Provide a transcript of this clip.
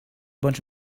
bunch